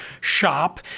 shop